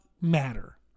matter